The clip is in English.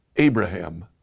Abraham